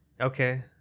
Okay